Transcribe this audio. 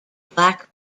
black